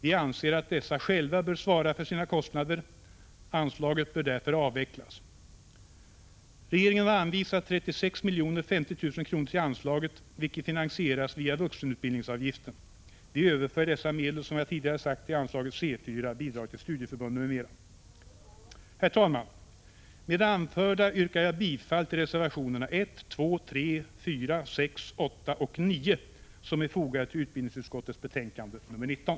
Vi anser att dessa organisationer själva bör svara för sina kostnader. Anslaget bör därför avvecklas. Regeringen har anvisat 36 050 000 kr. till anslaget, vilket finansieras via vuxenutbildningsavgiften. Vi överför, som jag tidigare sagt, dessa medel till anslaget C 4. Bidrag till studieförbunden m.m. Herr talman! Med det anförda yrkar jag bifall till reservationerna 1,2,3,4, 6, 8 och 9, som är fogade till utbildningsutskottets betänkande 19.